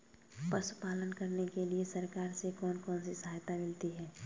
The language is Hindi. पशु पालन करने के लिए सरकार से कौन कौन सी सहायता मिलती है